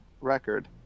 record